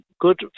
good